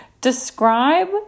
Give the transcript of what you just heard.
describe